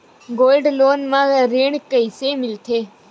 Gold loan म ऋण कइसे मिलथे?